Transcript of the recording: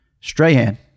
Strahan